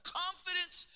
confidence